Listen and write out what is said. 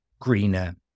greener